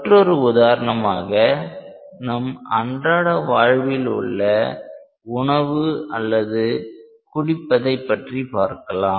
மற்றொரு உதாரணமாக நம் அன்றாட வாழ்வில் உள்ள உணவு அல்லது குடிப்பதை பற்றி பார்க்கலாம்